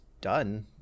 done